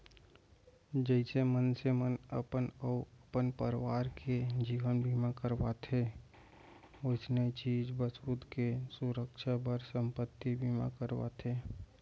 जइसे मनसे मन अपन अउ अपन परवार के जीवन बीमा करवाथें वइसने चीज बसूत के सुरक्छा बर संपत्ति बीमा करवाथें